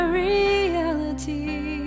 reality